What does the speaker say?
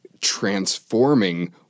transforming